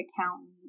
accountant